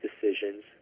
decisions